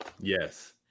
Yes